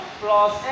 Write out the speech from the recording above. plus